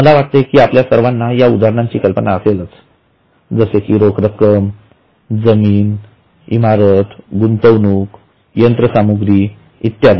मला वाटते की आपल्या सर्वाना या उदाहरणांची कल्पना असेल जसे कि रोख रक्कम जमीन इमारत गुंतवणूक यंत्रसामुग्री इत्यादी